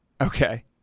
Okay